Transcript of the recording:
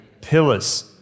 Pillars